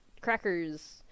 crackers